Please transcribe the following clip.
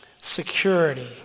security